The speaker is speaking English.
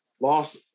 lost